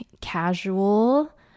casual